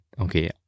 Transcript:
Okay